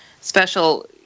special